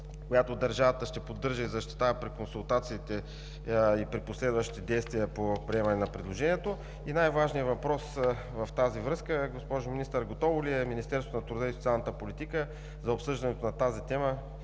която държавата ще поддържа и защитава при консултациите и при последващите действия по приемане на предложението? И най-важният въпрос в тази връзка, госпожо Министър: готово ли е Министерството на труда и социалната политика за обсъждането на тази тема